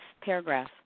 paragraph